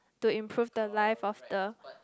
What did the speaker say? to improve the life of the